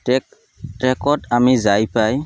track ট্ৰেকত আমি যাই পাই